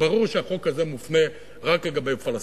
ברור שהחוק הזה מופנה רק לגבי פלסטינים,